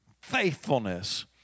faithfulness